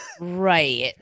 Right